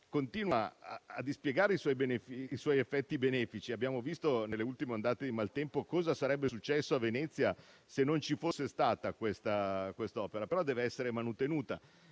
continua a dispiegare i suoi effetti benefici; abbiamo visto, con le ultime ondate di maltempo, cosa sarebbe successo a Venezia se non ci fosse stata quest'opera, che però deve essere manutenuta.